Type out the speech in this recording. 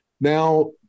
Now